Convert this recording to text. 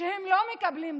והם לא מקבלים דוחות,